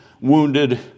wounded